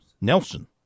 Nelson